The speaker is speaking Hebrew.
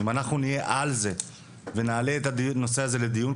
אם אנחנו נהיה על זה ונעלה את הנושא הזה לדיון,